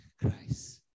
Christ